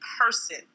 person